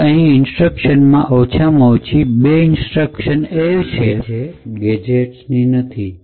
તો કે અહીં ઇન્સ્ટ્રક્શનમાં ઓછામાં ઓછી બે ઇન્સ્ટ્રક્શન છે કે જે કે ગેજેટ્સની નથી